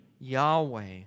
Yahweh